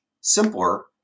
simpler